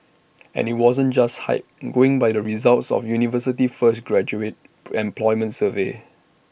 and IT wasn't just hype going by the results of the university's first graduate employment survey